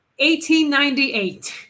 1898